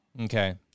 Okay